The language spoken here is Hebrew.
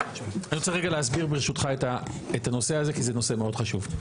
אני רוצה להסביר ברשותך את הנושא הזה כי זה נושא מאוד חשוב.